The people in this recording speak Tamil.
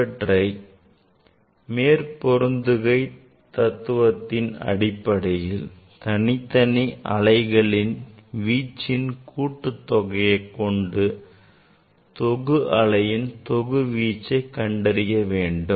இவற்றை மேற்பொருந்துகை தத்துவத்தின் அடிப்படையில் தனித் தனி அலைகளின் வீச்சின் கூட்டு தொகையை கொண்டு தொகு அலையின் தொகு வீச்சை கண்டறிய வேண்டும்